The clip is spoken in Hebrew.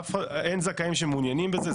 אין זכאים שמעוניינים בזה,